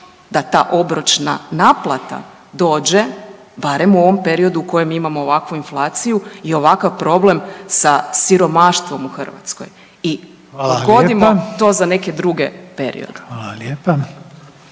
da ta obročna naplata dođe barem u ovom periodu u kojem imamo ovakvu inflaciju i ovakav problem sa siromaštvom u Hrvatskoj i odgodimo to za neke druge periode. **Reiner,